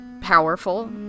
Powerful